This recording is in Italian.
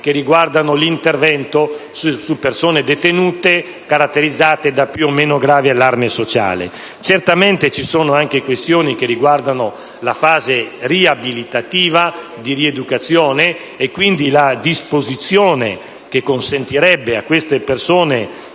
che riguardano l'intervento su persone detenute, caratterizzate da più o meno grave allarme sociale. Certamente ci sono questioni che riguardano la fase riabilitativa, di rieducazione. La disposizione, quindi, consentirebbe a queste persone